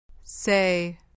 Say